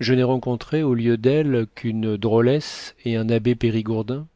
je n'ai rencontré au lieu d'elle qu'une drôlesse et un abbé périgourdin